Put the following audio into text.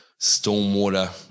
stormwater